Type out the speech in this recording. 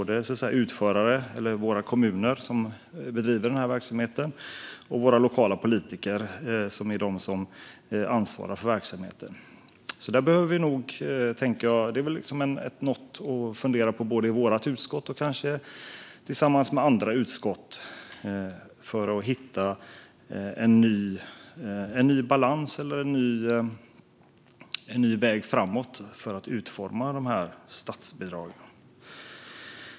Det gäller våra kommuner som bedriver den här verksamheten och våra lokala politiker som är de som ansvarar för verksamheten. Det är något att fundera på både i vårt utskott och kanske tillsammans med andra utskott för att hitta en ny balans eller en ny väg framåt för att utforma statsbidragen.